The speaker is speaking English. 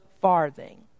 farthing